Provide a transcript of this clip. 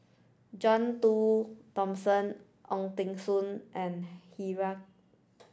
John Do Thomson Ong Teng soon and